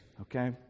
okay